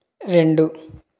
రెండు